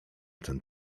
ten